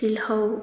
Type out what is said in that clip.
ꯇꯤꯜꯍꯧ